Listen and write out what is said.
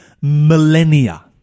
millennia